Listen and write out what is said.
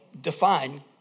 define